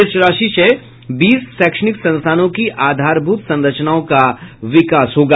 इस राशि से बीस शैक्षणिक संस्थानों की आधारभूत संरचनाओं का विकास होगा